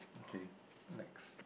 okay next